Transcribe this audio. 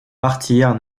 martyrs